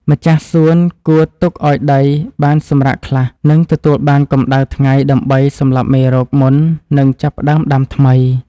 ម្ចាស់សួនគួរទុកឱ្យដីបានសម្រាកខ្លះ និងទទួលបានកម្ដៅថ្ងៃដើម្បីសម្លាប់មេរោគមុននឹងចាប់ផ្តើមដាំថ្មី។